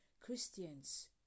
Christians